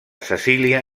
cecília